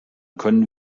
können